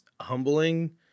humbling